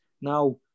Now